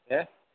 હેં